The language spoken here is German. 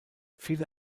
viele